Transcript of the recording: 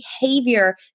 behavior